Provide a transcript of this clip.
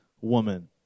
woman